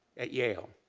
at yale,